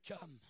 come